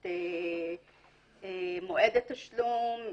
את מועד התשלום,